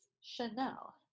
Chanel